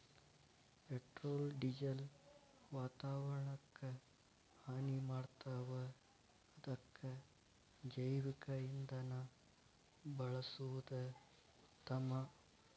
petrol diesel ವಾತಾವರಣಕ್ಕ ಹಾನಿ ಮಾಡ್ತಾವ ಅದಕ್ಕ ಜೈವಿಕ ಇಂಧನಾ ಬಳಸುದ ಉತ್ತಮಾ